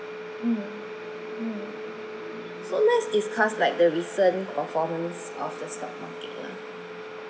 mm mm so let's discuss like the recent performance of the stock market lah